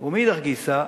ומאידך גיסא,